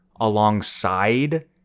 alongside